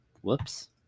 Whoops